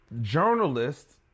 journalists